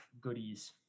goodies